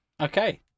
Okay